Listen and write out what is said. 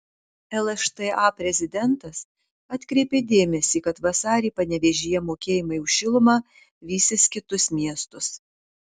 lšta prezidentas atkreipė dėmesį kad vasarį panevėžyje mokėjimai už šilumą vysis kitus miestus